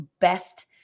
best